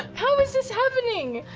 how is this happening?